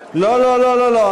לא, לא, לא.